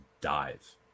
dive